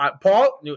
Paul